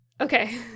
Okay